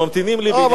שממתינים לי בעניינים,